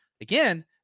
again